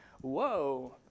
whoa